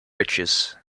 riches